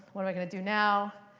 what i'm going to do now?